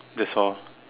that's all